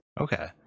Okay